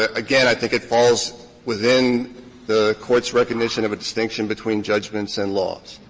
ah again, i think it falls within the court's recognition of a distinction between judgments and laws.